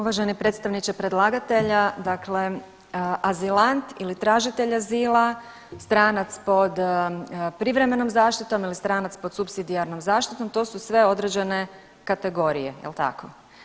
Uvaženi predstavniče predlagatelja, dakle azilant ili tražitelj azila, stranac pod privremenom zaštitom ili stranac pod supsidijarnom zaštitom, to su sve određene kategorije jel tako?